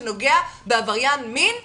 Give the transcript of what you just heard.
כשזה נוגע בעבריין מין וילד,